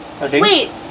Wait